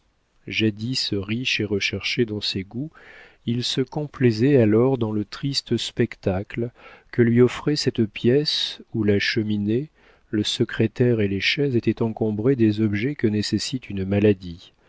jadis riche et recherché dans ses goûts il se complaisait alors dans le triste spectacle que lui offrait cette pièce où la cheminée le secrétaire et les chaises étaient encombrés des objets que nécessite une maladie